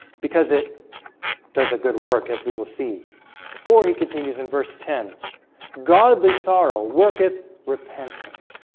because it does a good work as we will see for he continues in verse ten godly sorrow worketh repentance